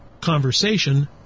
conversation